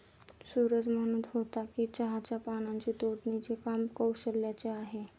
सूरज म्हणत होता की चहाच्या पानांची तोडणीचे काम कौशल्याचे आहे